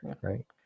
right